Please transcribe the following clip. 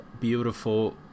beautiful